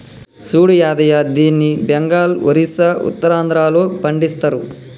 సూడు యాదయ్య దీన్ని బెంగాల్, ఒరిస్సా, ఉత్తరాంధ్రలో పండిస్తరు